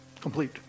complete